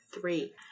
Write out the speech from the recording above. Three